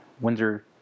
Windsor